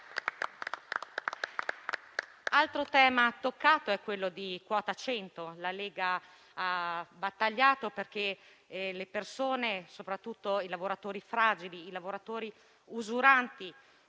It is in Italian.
Altro tema toccato è quota 100. La Lega ha battagliato perché le persone, soprattutto i lavoratori fragili e usuranti,